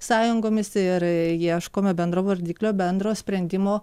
sąjungomis ir ieškome bendro vardiklio bendro sprendimo